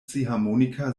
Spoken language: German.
ziehharmonika